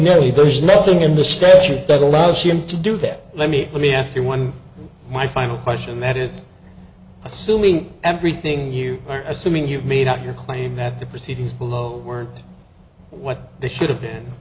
nilly there's nothing in the statute that allows him to do that let me let me ask you one my final question that is assuming everything you are assuming you've made up your claim that the proceedings below were what they should have been